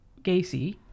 Gacy